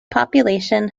population